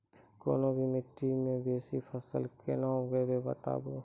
कूनू भी माटि मे बेसी फसल कूना उगैबै, बताबू?